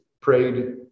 prayed